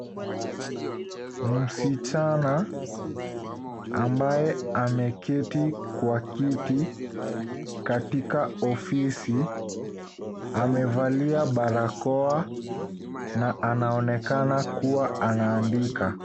Msichana ambaye ameketi kwa kiti katika ofisi amevalia barakoa na anaonekana kuwa anaandika.